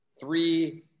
three